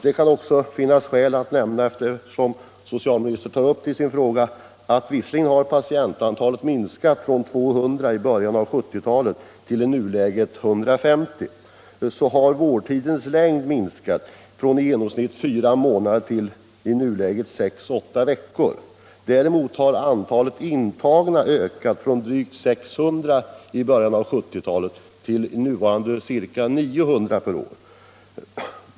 Det kan också finnas anledning nämna, eftersom socialministern tar upp det i sitt svar, att patientantalet minskat från 200 i början av 1970-talet till i nuläget 150. Dessutom har vårdtidens längd minskat från i genomsnitt fyra månader till i nuläget sex å åtta veckor. Däremot har antalet intagningar ökat från drygt 600 i början av 1970-talet till i nuläget ca 900 per år.